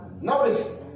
notice